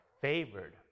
favored